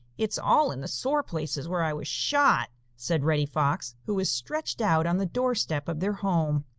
it's all in the sore places where i was shot, said reddy fox, who was stretched out on the doorstep of their home.